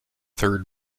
third